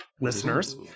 listeners